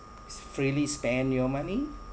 freely spend your money